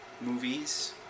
movies